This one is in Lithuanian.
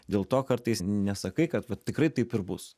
dėl to kartais nesakai kad vat tikrai taip ir bus